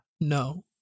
No